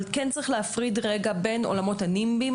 אבל כן צריך להפריד רגע בין עולמות הנימבי,